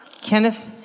Kenneth